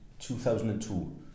2002